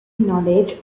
knowledge